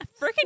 Freaking